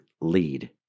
lead